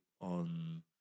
on